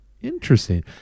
Interesting